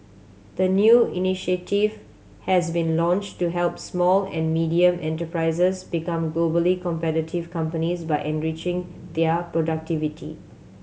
the new initiative has been launched to help small and medium enterprises become globally competitive companies by enriching their productivity